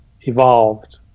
evolved